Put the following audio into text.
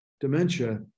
dementia